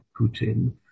Putin